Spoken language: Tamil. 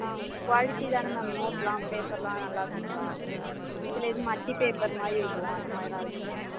ஆ குவாலிட்டி தானே மேம் நோட்டுலாம் பேப்பர்லாம் நல்லாருக்கும்ங்களா சில இது மட்டி பேப்பர் மாதிரிலாம் இருக்கும் அது மாதிரிலாம் இருக்குமா